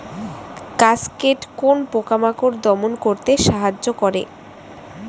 Cascade কোন পোকা মাকড় দমন করতে সাহায্য করে?